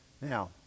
Now